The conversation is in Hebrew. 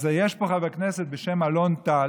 אז יש פה חבר כנסת בשם אלון טל,